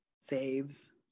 saves